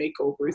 makeovers